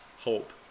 hope